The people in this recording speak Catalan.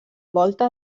volta